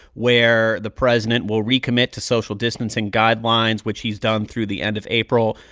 where the president will re-commit to social distancing guidelines, which he's done through the end of april,